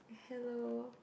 hello